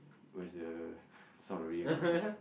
where's the sound really come from